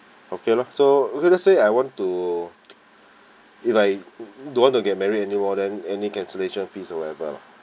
okay lor so okay let's say I want to if I don't want to get married anymore then any cancellation fees or whatever lah